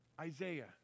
Isaiah